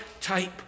type